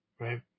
Right